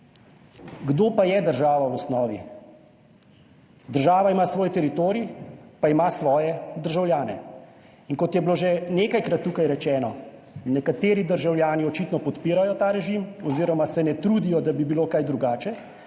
Kdo pa je država? V osnovi država ima svoj teritorij pa ima svoje državljane in kot je bilo že nekajkrat tukaj rečeno, nekateri državljani očitno podpirajo ta režim oziroma se ne trudijo, da bi bilo kaj drugače.